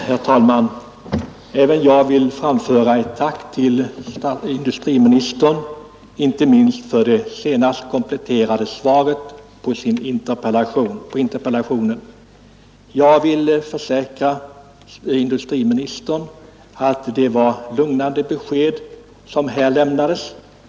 Herr talman! Även jag vill framföra ett tack till industriministern, inte minst för det senaste kompletterande svaret på interpellationen. Jag vill försäkra industriministern att det var lugnande besked som här lämnades.